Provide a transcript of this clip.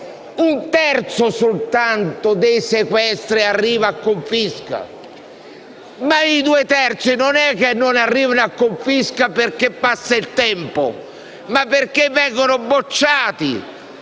un terzo soltanto dei sequestri arriva alla confisca, mentre gli altri due terzi non è che non arrivano a confisca perché passa il tempo, ma perché vengono bocciati